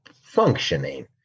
functioning